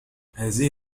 هذه